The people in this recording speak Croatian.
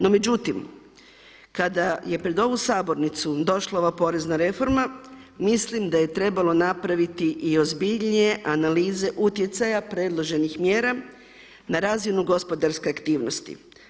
No međutim, kada je pred ovu sabornicu došla ova porezna reforma, mislim da je trebalo napraviti i ozbiljnije analize utjecaja predloženih mjera na razinu gospodarske aktivnosti.